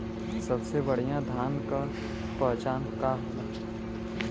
सबसे बढ़ियां धान का पहचान का होला?